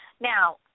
Now